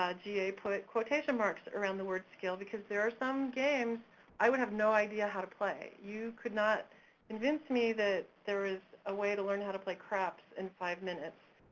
ah ga put quotation marks around the word skill, because there are some games i would have no idea how to play, you could not convince me that there is a way to learn how to play craps in five minutes.